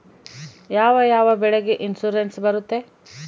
ಯಾವ ಯಾವ ಬೆಳೆಗೆ ಇನ್ಸುರೆನ್ಸ್ ಬರುತ್ತೆ?